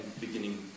beginning